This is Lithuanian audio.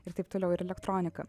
ir taip toliau ir elektroniką